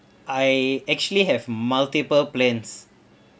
I actually have multiple plans